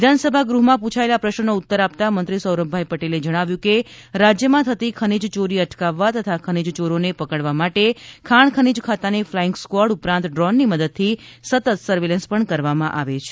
વિધાનસભા ગૃહમાં પૂછાયેલા પ્રશ્નનો ઉત્તર આપતા મંત્રી સૌરભભાઈ પટેલે જણાવ્યું કે રાજ્યમાં થતી ખનીજ યોરી અટકાવવા તથા ખનીજયોરોને પકડવા માટે ખાણ ખનીજ ખાતાની ફ્લાઇંગ સ્ક્વૉડ ઉપરાંત ડ્રોનની મદદથી સતત સર્વેલન્સ પણ કરવામાં આવે છે